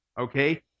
Okay